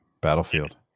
Battlefield